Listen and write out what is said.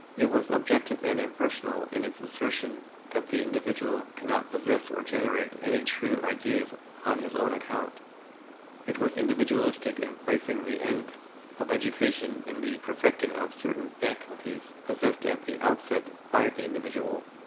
it was objective and impersonal in its assertion that the individual cannot possess or generate any true ideas on his own account it was individualistic in placing the end of education in the perfecting of certain faculties possessed at the outset by the individual.